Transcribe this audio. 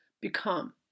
become